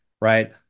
right